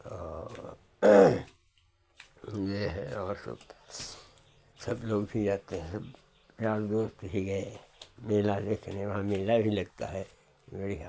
और तो ये है और सब सब लोग भी जाते हैं सब यार दोस्त भी गए मेला देखने वहाँ मेला भी लगता है बढ़िया